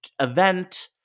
event